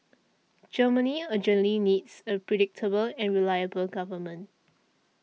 Germany urgently needs a predictable and reliable government